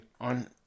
on